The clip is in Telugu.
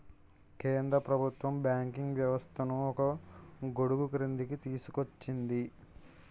కేంద్ర ప్రభుత్వం బ్యాంకింగ్ వ్యవస్థను ఒకే గొడుగుక్రిందికి తీసుకొచ్చింది